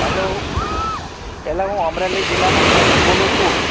હાલો એલા હું અમરેલી જિલ્લાનો ખેડૂત બોલું છું